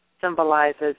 symbolizes